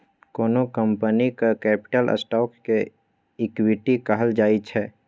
कोनो कंपनीक capital stock केँ इक्विटी कहल जाइ छै